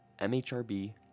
MHRB